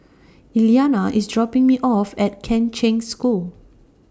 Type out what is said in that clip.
Elliana IS dropping Me off At Kheng Cheng School